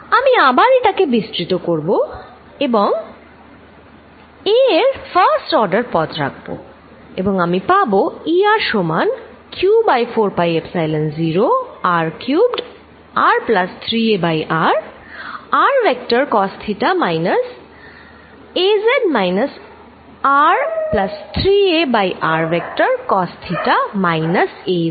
আমি আবার এটাকে বিস্তৃত করব এবং এ এর ফার্স্ট অর্ডার পদ রাখবো এবং আমি পাব E r সমান q by 4 pi epsilon 0 r cubed r plus 3a by r r vector cos theta minus az minus r plus 3a by r vector cos theta minus az